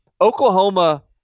Oklahoma